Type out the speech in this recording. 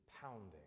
pounding